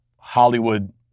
Hollywood